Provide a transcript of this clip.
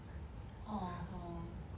orh hor